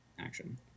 action